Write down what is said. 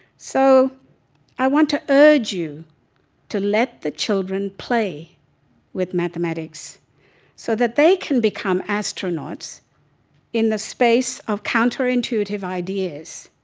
so i want to urge you to let the children play in mathematics so that they can become astronauts in the space of counterintuitive ideas,